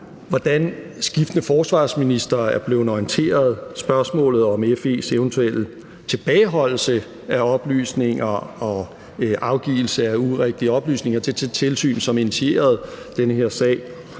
hvordan skiftende forsvarsministre er blevet orienteret; spørgsmålet om FE's eventuelle tilbageholdelse af oplysninger og afgivelse af urigtige oplysninger til det tilsyn, som initierede den her sag;